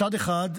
מצד אחד,